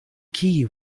key